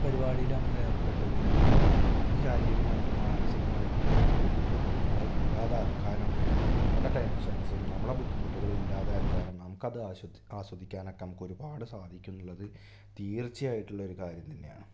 പരിപാടിയില് നമ്മള് ഏർപ്പെട്ടുകഴിഞ്ഞാല് നമ്മളെ നമുക്ക് ശാരീരികമായിട്ടും മനസികമായിട്ടും ഉണ്ടാകുന്ന പിരിമുറക്കങ്ങളെ ഇല്ലാതാക്കാനും നമ്മുടെ ടെൻഷൻസും നമ്മളെ ബുദ്ധിമുട്ടുകളും ഇല്ലാതാക്കാനും നമുക്കത് ആസ്വദിക്കാനുമൊക്കെ നമുക്ക് ഒരുപാട് സാധിക്കുമെന്നുള്ളത് തീർച്ചയായിട്ടുള്ളൊരു കാര്യം തന്നെയാണ്